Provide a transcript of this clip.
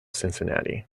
cincinnati